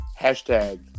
hashtag